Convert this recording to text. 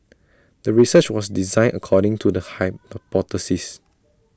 the research was designed according to the hypothesis